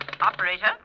Operator